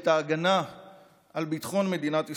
את ההגנה על ביטחון מדינת ישראל.